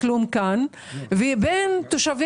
תודה.